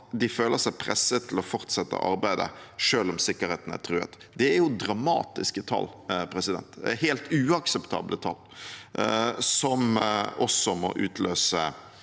de føler seg presset til å fortsette arbeidet selv om sikkerheten er truet. Det er dramatiske tall – helt uakseptable tall – som må utløse